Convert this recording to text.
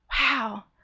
wow